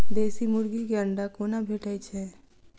देसी मुर्गी केँ अंडा कोना भेटय छै?